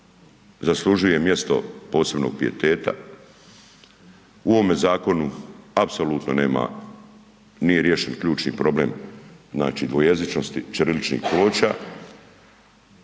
zaslužuje posebnog pijeteta. U ovome zakonu apsolutno nema, nije riješen ključni problem, znači dvojezičnosti, ćiriličnih ploča